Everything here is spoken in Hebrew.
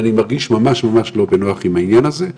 אני מרגיש ממש לא בנוח עם העניין הזה.